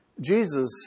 Jesus